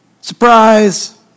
Surprise